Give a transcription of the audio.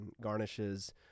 garnishes